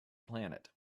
planet